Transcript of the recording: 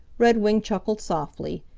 redwing chuckled softly.